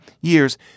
years